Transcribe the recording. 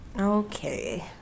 Okay